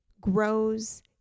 grows